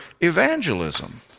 evangelism